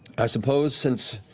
i suppose since